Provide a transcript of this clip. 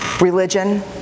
Religion